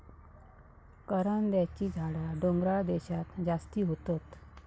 करांद्याची झाडा डोंगराळ देशांत जास्ती होतत